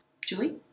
Julie